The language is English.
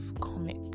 comic